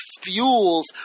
fuels